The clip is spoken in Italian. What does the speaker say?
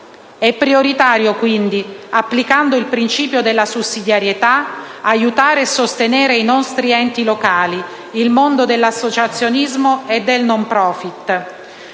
È prioritario, quindi, applicando il principio della sussidiarietà, aiutare e sostenere i nostri enti locali, il mondo dell'associazionismo e del *non profit*,